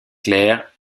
claire